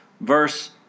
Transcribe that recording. verse